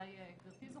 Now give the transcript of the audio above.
אולי גברתי זוכרת,